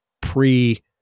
pre